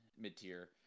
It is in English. mid-tier